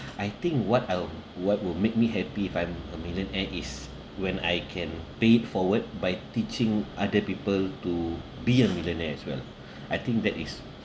I think what I'll what would make me happy if I'm a millionaire is when I can pay it forward by teaching other people to be a millionaire as well I think that is